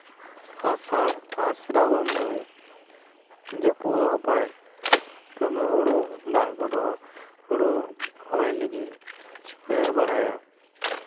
ᱟᱥᱟᱲ ᱟᱨ ᱥᱚᱨᱟᱵᱚᱱ ᱫᱚ ᱡᱟᱹᱯᱩᱫ ᱦᱚᱸ ᱵᱟᱭ ᱛᱚᱠᱷᱚᱱ ᱫᱚ ᱦᱩᱲᱩ ᱫᱟᱜ ᱠᱚᱫᱚ ᱦᱩᱲᱩ ᱨᱚᱦᱚᱭ ᱞᱟᱹᱜᱤᱫ ᱜᱟᱹᱪᱷᱤ ᱠᱚ ᱮᱨ ᱵᱟᱲᱟᱭᱟ